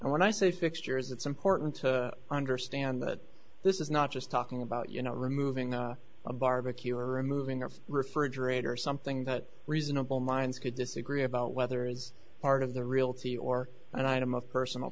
and when i say fixtures it's important to understand that this is not just talking about you know removing a barbecue or removing a refrigerator something that reasonable minds could disagree about whether is part of the realty or an item of personal